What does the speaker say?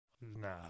Nah